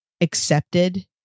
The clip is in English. accepted